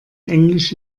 englisch